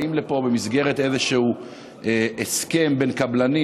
באים לפה במסגרת איזשהו הסכם בין קבלנים